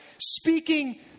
Speaking